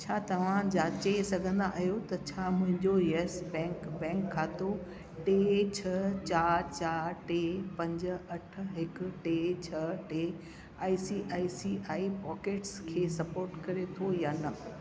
छा तव्हां जांचे सघंदा आहियो त छा मुंहिंजो येस बैंक बैंक खातो टे छह चारि चारि टे पंज अठ हिकु टे छह टे I C I C I pockets खे सपोट करे थो य न